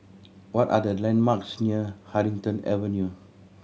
what are the landmarks near Huddington Avenue